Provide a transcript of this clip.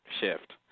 shift